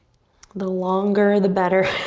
the longer, the better